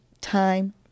time